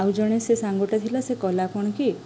ଆଉ ଜଣେ ସେ ସାଙ୍ଗଟା ଥିଲା ସେ କଲା କ'ଣ କି